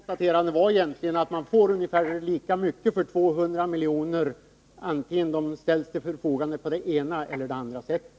Fru talman! Mitt konstaterande gick egentligen ut på att man får ungefär lika mycket för 200 miljoner oavsett om de ställs till förfogande på det ena eller på det andra sättet.